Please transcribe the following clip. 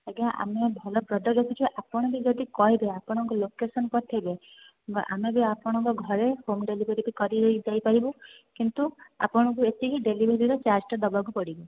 ଆଜ୍ଞା ଆମେ ଭଲ ପ୍ରଡ଼କ୍ଟ୍ ରଖିଛୁ ଆପଣ ବି ଯଦି କହିବେ ଆପଣଙ୍କ ଲୋକେସନ୍ ପଠାଇବେ ଆମେ ବି ଆପଣଙ୍କ ଘରେ ହୋମ୍ ଡେଲିଭେରୀ ବି କରି ଦେଇପାରିବୁ କିନ୍ତୁ ଆପଣଙ୍କୁ ଏତିକି ଡେଲିଭରୀର ଚାର୍ଜ୍ଟା ଦେବାକୁ ପଡ଼ିବ